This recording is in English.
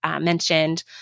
mentioned